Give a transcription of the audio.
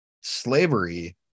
slavery